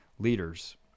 leaders